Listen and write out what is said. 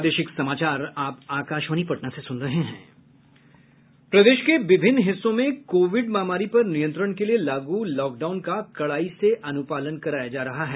प्रदेश के विभिन्न हिस्सों में कोविड महामारी पर नियंत्रण के लिए लागू लॉकडाउन का कड़ाई से अनुपालन कराया जा रहा है